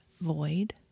void